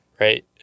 right